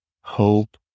hope